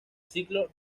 ciclo